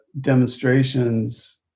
demonstrations